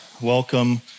welcome